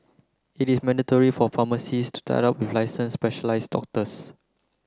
it is mandatory for pharmacies to tie up with license specialize doctors